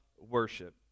worship